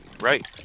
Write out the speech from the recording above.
Right